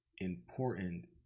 important